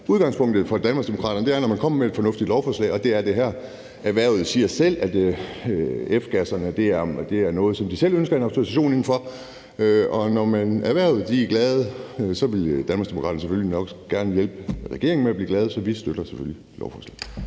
Udgangspunktet for Danmarksdemokraterne er, at når man kommer med et lovforslag, der er fornuftigt, og det er det her, og når erhvervet selv siger, at F-gasserne er noget, som de selv ønsker en autorisation inden for, og når de også er glade for det, vil Danmarksdemokraterne selvfølgelig også gerne hjælpe regeringen med at blive glade, så vi støtter selvfølgelig lovforslaget.